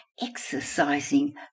exercising